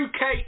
UK